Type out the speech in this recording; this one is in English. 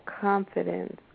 confidence